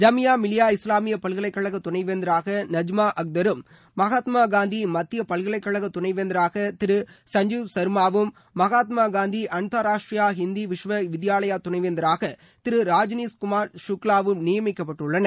ஜமியா மிலியா இஸ்லாமியா பல்கலைக்கழகத் துணைவேந்தராக நஜ்மா அக்தரும் மகாத்மாகாந்தி மத்திய பல்கலைக்கழக துணைவேந்தராக திரு சஞ்ஜீவ் சர்மாவும் மகாத்மாகாந்தி அன்தார் ராஷ்டிரிய ஹிந்தி விஸ்வ வித்யாலயா துணைவேந்தராக திரு ராஜனீஷ் குமார் கக்வாவும் நியமிக்கப்பட்டுள்ளனர்